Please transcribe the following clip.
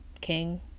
king